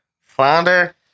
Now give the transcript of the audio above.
flounder